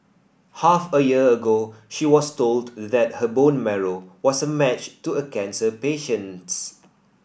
half a year ago she was told that her bone marrow was a match to a cancer patient's